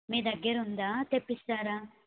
మీ దగ్గర ఉందా తెప్పిస్తారా